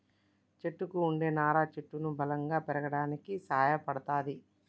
చెట్టుకు వుండే నారా చెట్టును బలంగా పెరగడానికి సాయపడ్తది